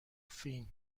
فین